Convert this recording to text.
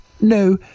no